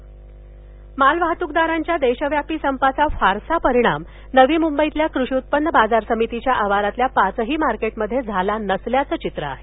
मालवाहतूकदारांचा संपः मालवाहतूकदारांच्या देशव्यापी संपाचा फारसा परिणाम नवी मंंबईतल्या कृषी उत्पन्न बाजार समितीच्या आवारातील पाचही मार्केटमध्ये झाला नसल्याचं चित्र आहे